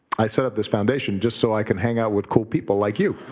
i set up this foundation just so i can hang out with cool people like you.